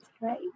Right